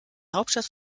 hauptstadt